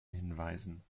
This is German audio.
hinweisen